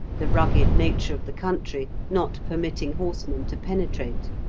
the rugged nature of the country not permitting horsemen to penetrate.